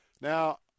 Now